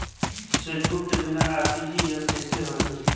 Chequebook के बिना RTGS कइसे होही?